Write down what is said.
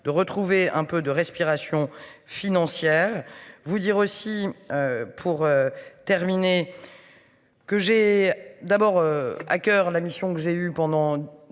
de retrouver un peu de respiration financière vous dire aussi. Pour terminer. Que j'ai d'abord à coeur la mission que j'ai eu pendant